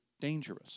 dangerous